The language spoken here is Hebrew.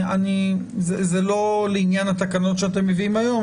זה לא לעניין התקנות שאתם מביאים היום,